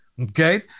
Okay